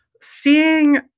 Seeing